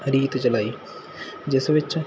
ਰੀਤ ਚਲਾਈ ਜਿਸ ਵਿੱਚ